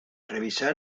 revisar